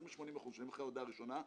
יותר מ-80% משלמים אחרי ההודעה הראשונה.